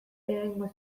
egingo